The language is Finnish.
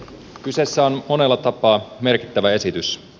kyseessä on monella tapaa merkittävä esitys